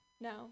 No